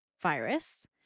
virus